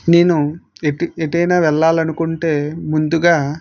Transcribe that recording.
నేను ఎటు ఎటైనా వెళ్ళాలనుకుంటే ముందుగా